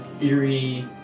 eerie